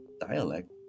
dialect